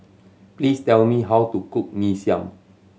please tell me how to cook Mee Siam